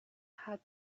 had